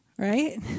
Right